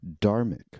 dharmic